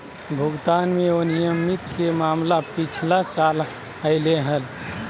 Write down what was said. भुगतान में अनियमितता के मामला पिछला साल अयले हल